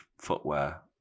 footwear